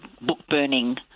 book-burning